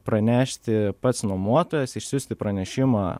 pranešti pats nuomotojas išsiųsti pranešimą